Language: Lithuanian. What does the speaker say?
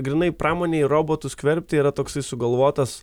grynai pramonėj robotų skverbtį yra toksai sugalvotas